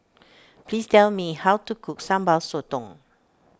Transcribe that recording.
please tell me how to cook Sambal Sotong